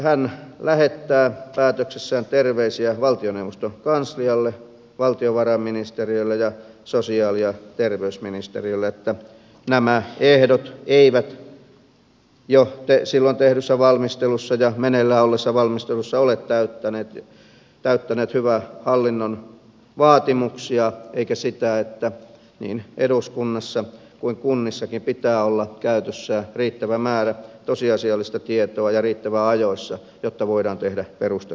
hän lähettää päätöksessään terveisiä valtioneuvoston kanslialle valtionvarainministeriölle ja sosiaali ja terveysministeriölle että nämä ehdot eivät jo silloin tehdyssä valmistelussa ja meneillään olevassa valmistelussa ole täyttäneet hyvän hallinnon vaatimuksia eivätkä sitä että niin eduskunnassa kuin kunnissakin pitää olla käytössä riittävä määrä tosiasiallista tietoa ja riittävän ajoissa jotta voidaan tehdä perustellut päätökset